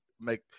make